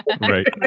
right